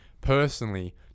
personally